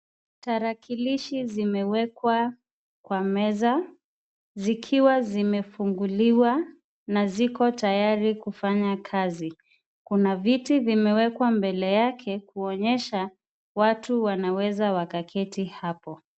Tarakilishi zimewekwa kwa meza, zikiwa zimefunguliwa na ziko tayari kufanya kazi. Kuna viti vimewekwa mbele yake kuonyesha. Watu wanaweza wakaketi hapo.